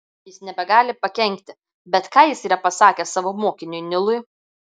jis nebegali pakenkti bet ką jis yra pasakęs savo mokiniui nilui